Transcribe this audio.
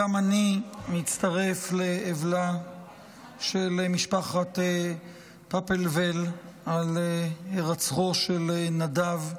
גם אני מצטרף לאבלה של משפחת פופלוול על הירצחו של נדב,